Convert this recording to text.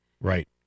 Right